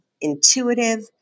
intuitive